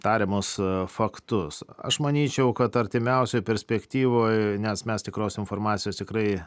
tariamus faktus aš manyčiau kad artimiausioj perspektyvoj nes mes tikros informacijos tikrai